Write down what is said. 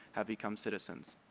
have become citizens.